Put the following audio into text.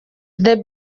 the